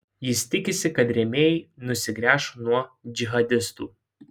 jis tikisi kad rėmėjai nusigręš nuo džihadistų